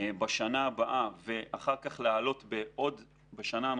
בשנה הבאה ואחר להעלות עוד בשנה הנוספת,